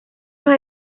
los